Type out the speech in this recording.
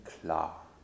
klar